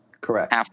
Correct